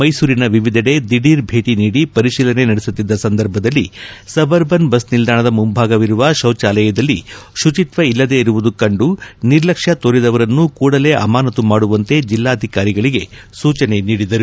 ಮೈಸೂರಿನ ವಿವಿಧೆಡೆ ದಿಧೀರ್ ಭೇಟಿ ನೀಡಿ ಪರಿಶೀಲನೆ ನಡೆಸುತ್ತಿದ್ದ ಸಂದರ್ಭದಲ್ಲಿ ಸಬ್ ಅರ್ಬನ್ ಬಸ್ ನಿಲ್ದಾಣದ ಮುಂಭಾಗವಿರುವ ಶೌಚಾಲಯದಲ್ಲಿ ಶುಚಿತ್ವ ಇಲ್ಲದೇ ಇರುವುದು ಕಂಡು ನಿರ್ಲಕ್ಷ್ನ ತೋರಿದವರನ್ನು ಕೂಡಲೇ ಅಮಾನತ್ತು ಮಾಡುವಂತೆ ಜಿಲ್ಲಾಧಿಕಾರಿಗಳಿಗೆ ಸೂಚನೆ ನೀಡಿದರು